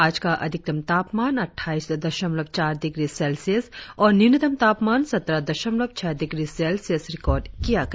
आज का अधिकतम तापमान अट्ठाईस दशमलव चार डिग्री सेल्सियस और न्यूनतम तापमान सत्रह दशमलव छह डिग्री सेल्सियस रिकार्ड किया गया